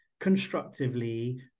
constructively